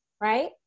right